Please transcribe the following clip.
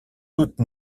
doute